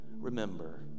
remember